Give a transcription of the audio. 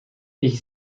ich